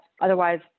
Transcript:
Otherwise